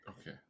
Okay